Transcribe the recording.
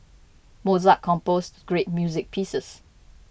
Mozart composed great music pieces